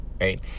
right